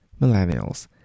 Millennials